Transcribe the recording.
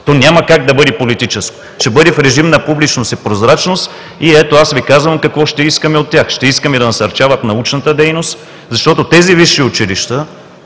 То няма как да бъде политическо. Ще бъде в режим на публичност и прозрачност. И ето аз Ви казвам какво ще искаме от тях: ще искаме да насърчават научната дейност, защото тези висши училища,